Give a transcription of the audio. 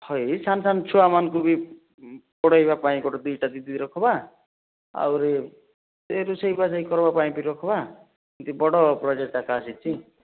ହୋଇ ସାନ ସାନ ଛୁଆ ମାନଙ୍କୁ ବି ପଢ଼େଇବା ପାଇଁ ଗୋଟିଏ ଦୁଇଟା ଦିଦି ରଖବା ଆହୁରି ଏ ରୋଷେଇ କାଜେ କରବା ପାଇଁ ବି ରଖବା ଏମତି ବଡ଼ ପ୍ରଜେକ୍ଟ ଏକା ଆସିଛି